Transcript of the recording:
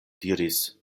diris